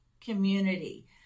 community